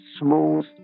smooth